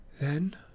Then